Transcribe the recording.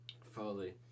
Foley